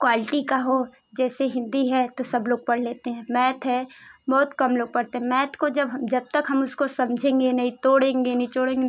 quality का हो जैसे हिन्दी है तो सब लोग पढ़ लेते हैं मैथ है बहुत कम लोग पढ़ते हैं मैथ को जब जब तक हम उसको समझेंगे नही तोड़ेंगे नही निचोड़ेंगे